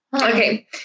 Okay